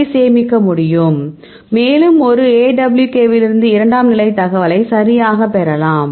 அதை சேமிக்க முடியும் மேலும் ஒரு AWK விலிருந்து இரண்டாம்நிலை தகவலை சரியாகப் பெறலாம்